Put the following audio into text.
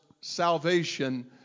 salvation